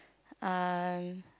I